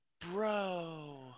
bro